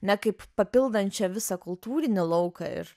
nekaip papildančią visą kultūrinį lauką ir